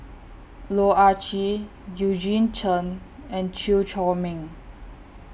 Loh Ah Chee Eugene Chen and Chew Chor Meng